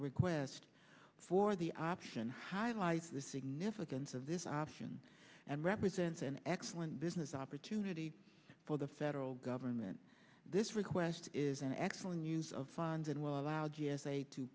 request for the option highlights the significance of this option and represents an excellent business opportunity for the federal government this request is an excellent use of funds and will allow g s a to